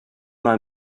mal